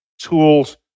tools